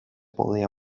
podía